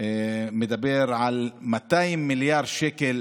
מדבר על 200 מיליארד שקל